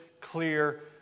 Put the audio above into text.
clear